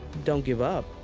don't give up.